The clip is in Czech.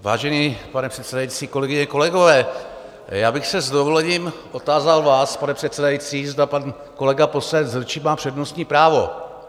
Vážený pane předsedající, kolegyně, kolegové, já bych se s dovolením otázal vás, pane předsedající, zda pan kolega poslanec Hrnčíř má přednostní právo.